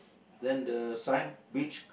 then the sign beach